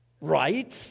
Right